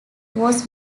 was